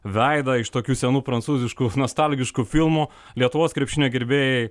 veidą iš tokių senų prancūziškų nostalgiškų filmų lietuvos krepšinio gerbėjai